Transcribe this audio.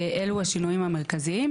אלה השינויים המרכזיים.